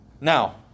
Now